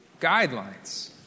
guidelines